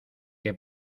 que